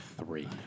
Three